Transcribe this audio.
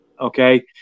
okay